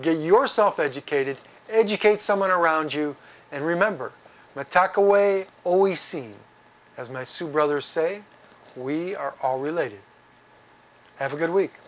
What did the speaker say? get yourself educated educate someone around you and remember attack away always seen as my sue rather say we are all related have a good week